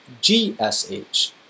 GSH